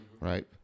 Right